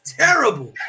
terrible